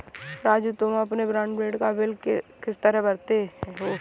राजू तुम अपने ब्रॉडबैंड का बिल किस तरह भरते हो